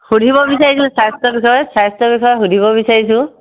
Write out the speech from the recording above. সুধিব বিচাৰিছোঁ স্বাস্থ্যৰ বিষয়ে স্বাস্থ্যৰ বিষয়ে সুধিব বিচাৰিছোঁ